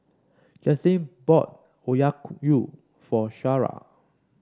Jaclyn bought for Shara